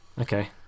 okay